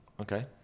Okay